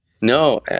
No